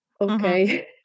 okay